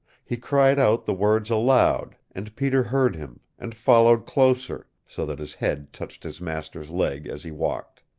he cried out the words aloud, and peter heard him, and followed closer, so that his head touched his master's leg as he walked.